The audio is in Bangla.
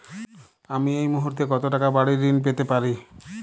আমি এই মুহূর্তে কত টাকা বাড়ীর ঋণ পেতে পারি?